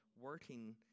working